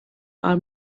are